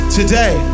today